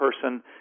person